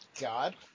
God